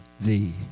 thee